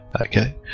okay